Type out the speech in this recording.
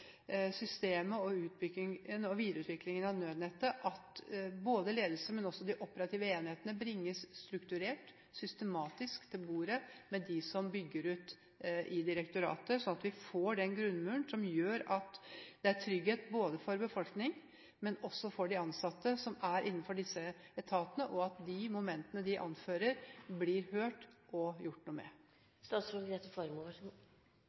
systemet og videreutviklingen av nødnettet – at både ledelse og operative enheter bringes strukturert og systematisk til bordet med dem som bygger ut i direktoratet, slik at vi får den grunnmuren som gir trygghet både for befolkningen og for de ansatte som er innenfor disse etatene, og at de momentene de anfører, blir hørt og gjort noe med.